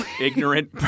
ignorant